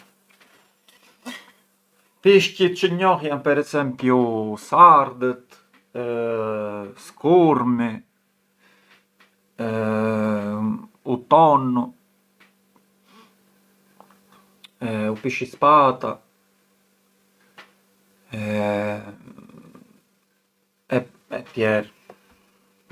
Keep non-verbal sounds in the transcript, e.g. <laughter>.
Pishqit çë njoh jan sardhët, skurmi, u tonnu, pishispadha <hesitation> e tjerë.